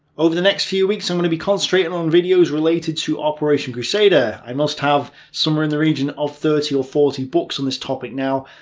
over the next few weeks i'm going to be concentrating on videos related to operation crusader. i must have somewhere in the region of thirty or forty books on this topic now,